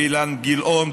אילן גילאון,